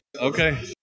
Okay